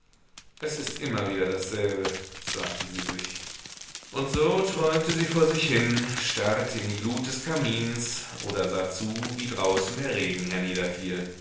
es ist immer wieder dasselbe sagte sie sich und so träumte sie vor sich hin starrte in die glut des kamins oder sah zu wie draußen der regen